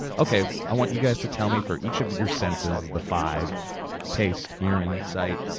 okay, i want you guys to tell me for each of your senses, the five taste, hearing, sight,